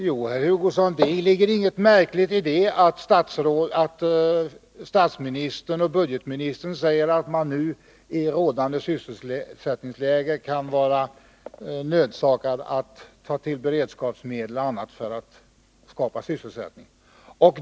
Herr talman! Det ligger, herr Hugosson, inget märkligt i att statsministern och budgetministern säger att man i rådande sysselsättningsläge kan vara nödsakad att ta till beredskapsmedel och annat för att skapa sysselsättning.